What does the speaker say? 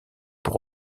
pour